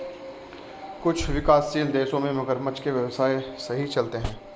कुछ विकासशील देशों में मगरमच्छ के व्यवसाय सही चलते हैं